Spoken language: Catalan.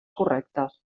correctes